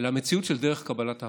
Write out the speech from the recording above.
אלא מציאות של דרך קבלת ההחלטות.